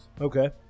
Okay